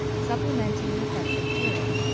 supplementing the sense of hearing.